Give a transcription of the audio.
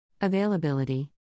Availability